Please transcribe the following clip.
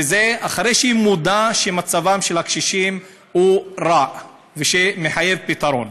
וזה אחרי שהיא מודה שמצבם של הקשישים רע ומחייב פתרון.